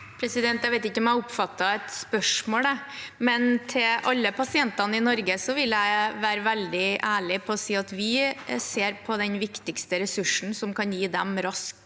Jeg vet ikke om jeg oppfattet et spørsmål, men til alle pasientene i Norge vil jeg være veldig ærlig og si: Den viktigste ressursen som kan gi dem rask